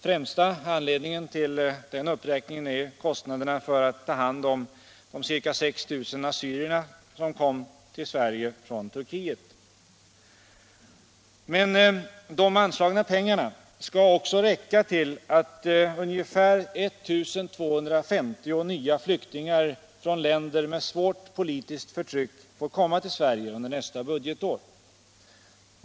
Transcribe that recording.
Främsta anledningen till den uppräkningen är kostnaderna för att ta hand om de ca 6 000 assyrier som kom till Sverige från Turkiet. Men de anslagna pengarna skall också räcka till att ungefär 1 250 nya flyktingar från länder med svårt politiskt förtryck får komma till Sverige under nästa budgetår.